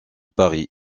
paris